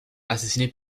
assassinée